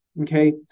Okay